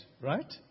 Right